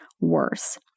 worse